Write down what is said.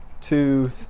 two